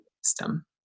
system